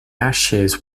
ashes